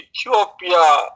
Ethiopia